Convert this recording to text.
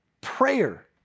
prayer